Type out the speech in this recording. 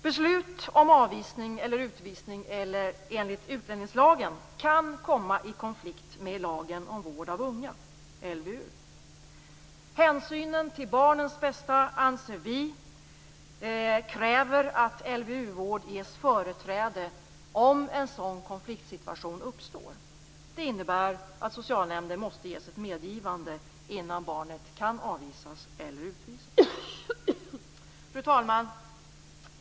Beslut om avvisning eller utvisning enligt utlänningslagen kan komma i konflikt med lagen om vård av unga, LVU. Vi anser att hänsynen till barnets bästa kräver att LVU-vård ges företräde om en sådan konfliktsituation uppstår. Det innebär att socialnämnden måste ge sitt medgivande innan barnet kan avvisas eller utvisas. Fru talman!